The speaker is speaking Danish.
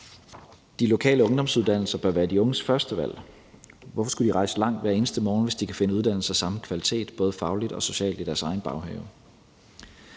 De lokale ungdomsuddannelser bør være de unges førstevalg. Hvorfor skulle de rejse langt hver eneste morgen, hvis de kan finde en uddannelse af samme kvalitet, både fagligt og socialt, i deres egen baghave?